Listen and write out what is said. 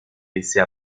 laissés